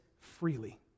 freely